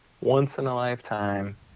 once-in-a-lifetime